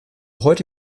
heute